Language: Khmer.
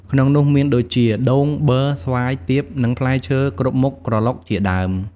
ក្នុងនោះមានដូចជា ដូង ប័រ ស្វាយ ទៀប និងផ្លែឈើគ្រប់មុខក្រឡុកជាដើម។